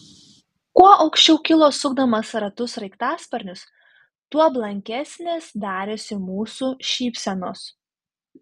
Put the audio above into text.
kuo aukščiau kilo sukdamas ratus sraigtasparnis tuo blankesnės darėsi mūsų šypsenos